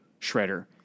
Shredder